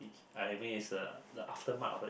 I mean it's uh the aftermath of a